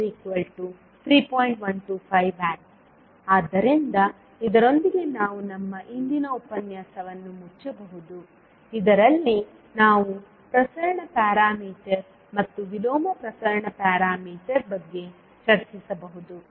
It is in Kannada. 125W ಆದ್ದರಿಂದ ಇದರೊಂದಿಗೆ ನಾವು ನಮ್ಮ ಇಂದಿನ ಉಪನ್ಯಾಸವನ್ನು ಮುಚ್ಚಬಹುದು ಇದರಲ್ಲಿ ನಾವು ಪ್ರಸರಣ ಪ್ಯಾರಾಮೀಟರ್ ಮತ್ತು ವಿಲೋಮ ಪ್ರಸರಣ ಪ್ಯಾರಾಮೀಟರ್ ಬಗ್ಗೆ ಚರ್ಚಿಸಬಹುದು